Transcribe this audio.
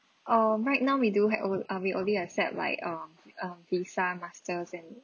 um right now we do have onl~ uh we only accept like um err visa masters and